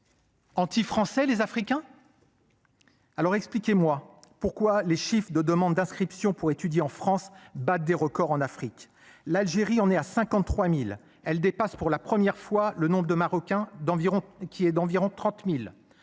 Anti-français les Africains. Alors expliquez-moi pourquoi, les chiffres de demandes d'inscriptions pour étudier en France battent des records en Afrique. L'Algérie, on est à 53.000. Elle dépasse pour la première fois le nombre de Marocains d'environ qui est d'environ 30.000